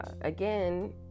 again